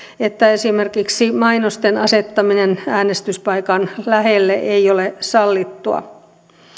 että esimerkiksi mainosten asettaminen äänestyspaikan lähelle ei ole sallittua